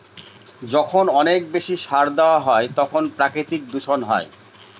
যখন অনেক বেশি সার দেওয়া হয় তখন প্রাকৃতিক দূষণ হয়